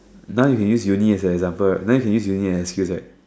now you can use uni as an example right now you can use uni as an excuse right